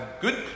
good